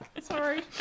Sorry